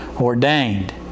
ordained